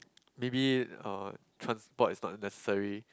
maybe uh transport is not a necessary